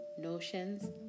notions